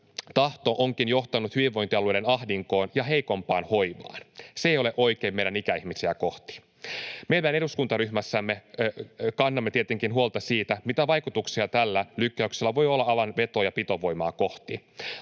tahto onkin johtanut hyvinvointialueiden ahdinkoon ja heikompaan hoivaan. Se ei ole oikein meidän ikäihmisiä kohtaan. Meidän eduskuntaryhmässämme kannamme tietenkin huolta siitä, mitä vaikutuksia tällä lykkäyksellä voi olla alan veto- ja pitovoimaan.